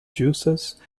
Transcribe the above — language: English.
juices